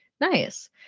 nice